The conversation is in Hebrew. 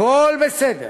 הכול בסדר.